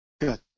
Good